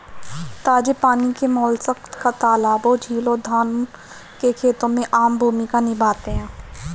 ताजे पानी के मोलस्क तालाबों, झीलों, धान के खेतों में आम भूमिका निभाते हैं